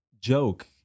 joke